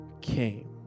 came